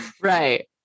Right